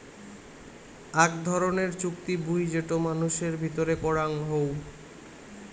আক ধরণের চুক্তি বুই যেটো মানুষের ভিতরে করাং হউ